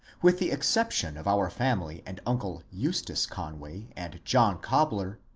with the exception of our family and uncle eustace conway and john cobler,